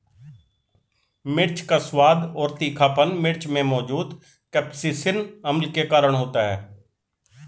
मिर्च का स्वाद और तीखापन मिर्च में मौजूद कप्सिसिन अम्ल के कारण होता है